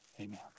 Amen